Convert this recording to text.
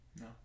No